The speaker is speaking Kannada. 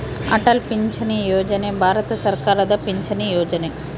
ಅಟಲ್ ಪಿಂಚಣಿ ಯೋಜನೆ ಭಾರತ ಸರ್ಕಾರದ ಪಿಂಚಣಿ ಯೊಜನೆ